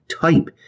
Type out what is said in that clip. type